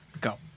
Go